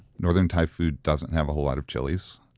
northern thai food doesn't have a whole lot of chilies.